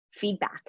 feedback